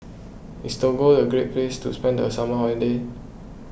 is Togo a great place to spend a summer holiday